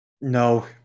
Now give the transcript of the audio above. no